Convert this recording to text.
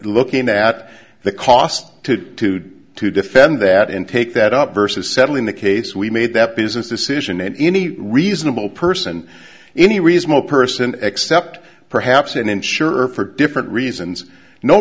looking at the cost to to defend that and take that up versus settling the case we made that business decision and any reasonable person any reasonable person except perhaps an insurer for different reasons no